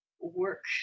work